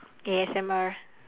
A_S_M_R